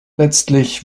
letztlich